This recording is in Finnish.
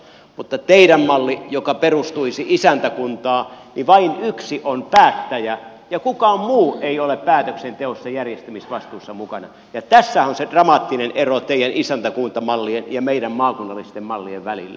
mutta teidän mallissanne joka perustuisi isäntäkuntaan vain yksi on päättäjä ja kukaan muu ei ole päätöksenteossa järjestämisvastuussa mukana ja tässä on se dramaattinen ero teidän isäntäkuntamallien ja meidän maakunnallisten malliemme välillä